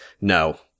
no